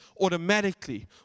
automatically